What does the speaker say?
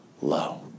low